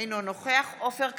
אינו נוכח עופר כסיף,